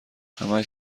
همش